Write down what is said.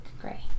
gray